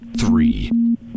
three